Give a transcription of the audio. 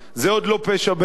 זה עוד לא פשע בין-לאומי.